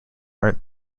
art